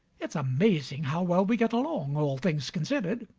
it's amazing how well we get along, all things considered.